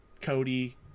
Cody